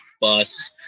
bus